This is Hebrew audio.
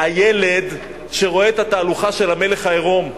הילד שרואה את התהלוכה של המלך העירום,